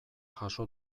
jaso